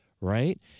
right